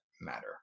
Matter